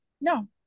No